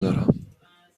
دارم